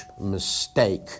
mistake